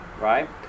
right